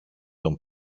τον